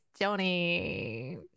Johnny